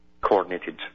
coordinated